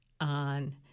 on